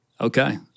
Okay